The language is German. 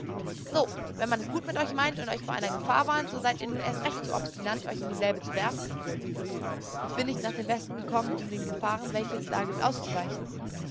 so wenn man es gut mit euch meint und euch vor einer gefahr warnt so seid ihr nun erst recht so obstinat euch in dieselbe zu werfen ich bin nicht nach dem westen gekommen um den gefahren welche es da gibt auszuweichen